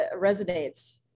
resonates